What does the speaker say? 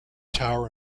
tower